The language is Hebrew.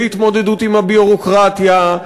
להתמודדות עם הביורוקרטיה,